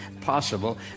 possible